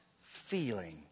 feeling